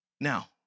Now